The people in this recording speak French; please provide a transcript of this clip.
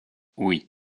oui